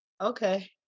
Okay